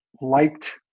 Liked